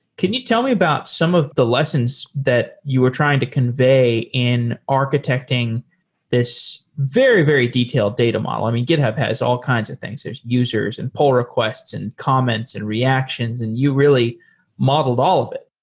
can you tell me about some of the lessons that you are trying to convey in architecting this very, very detailed data model? i mean, github has as all kinds of things. there're users, and pull requests, and comments, and reactions, and you really modeled all of it.